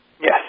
Yes